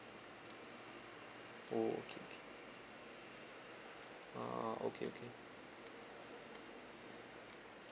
okay K err okay okay